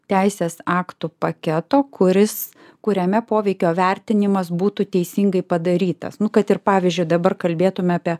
teisės aktų paketo kuris kuriame poveikio vertinimas būtų teisingai padarytas nu kad ir pavyzdžiui dabar kalbėtume apie